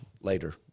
later